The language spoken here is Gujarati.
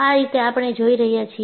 આ રીતે આપણે જોઈ રહ્યા છીએ